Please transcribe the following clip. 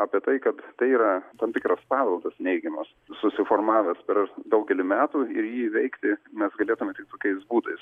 apie tai kad tai yra tam tikras paveldas neigiamas susiformavęs per daugelį metų ir jį įveikti mes galėtume tik tokiais būdais